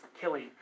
killing